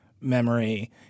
memory